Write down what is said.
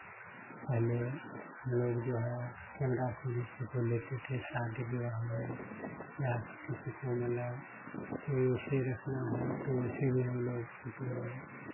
पहले हम लोग जो है कैमरा से ही फोटो लेते थे शादी विवाह में या किसी को मतलब में ऐसे रखना है तो ऐसे भी हम लोग फोटो